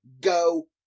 Go